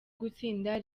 gutsinda